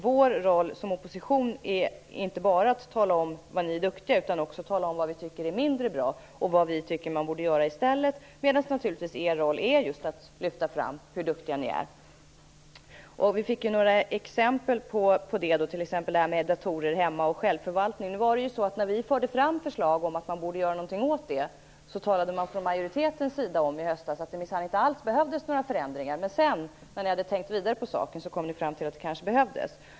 Vår roll i opposition är inte bara att tala om när ni är duktiga utan också att tala om vad vi tycker är mindre bra och vad vi tycker man borde göra i stället. Naturligtvis är er roll att just lyfta fram hur duktiga ni är. Vi fick några exempel, t.ex. datorer hemma och självförvaltning. När vi förde fram förslag om att göra något åt det, talade man från majoritetens sida i höstas om att det minsann inte behövdes några förändringar. Men när ni hade tänkt vidare kom ni fram till att det kanske behövdes.